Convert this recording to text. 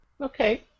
Okay